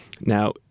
Now